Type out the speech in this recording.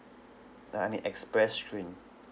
uh I'm in express stream